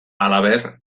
halaber